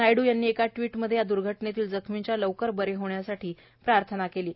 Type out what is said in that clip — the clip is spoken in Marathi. नायडू यांनी एका ट्विटमध्ये या द्र्घटनेतल्या जखमींच्या लवकर बरे होण्यासाठी प्रार्थना केली आहे